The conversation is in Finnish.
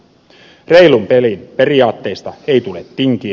reilun pelin periaatteista ei tule tinkiä